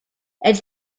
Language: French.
elle